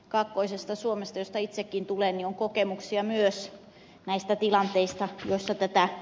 kaakkoisesta suomesta josta itsekin tulen on kokemuksia myös näistä tilanteista joissa tätä ed